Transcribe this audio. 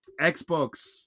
xbox